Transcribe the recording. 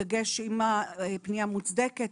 בדגש אם הפנייה מוצדקת,